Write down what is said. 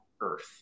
earth